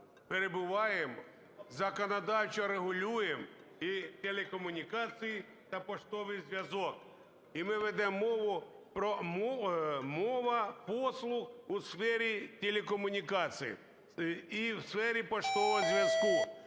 перебуваємо, законодавчо регулюємо телекомунікації та поштовий зв'язок. І ми ведемо мову про: мова послуг у сфері телекомунікацій і в сфері поштового зв'язку.